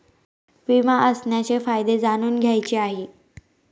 विमा असण्याचे फायदे जाणून घ्यायचे आहे